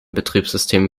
betriebssystem